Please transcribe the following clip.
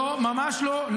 לא, ממש לא.